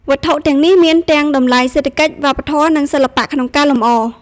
វត្ថុទាំងនេះមានទាំងតម្លៃសេដ្ឋកិច្ច វប្បធម៌ និងសិល្បៈក្នុងការលម្អ។